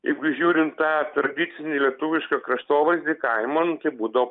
jeigu žiūrint tą tradicinį lietuvišką kraštovaizdį kaimo nu tai būdavo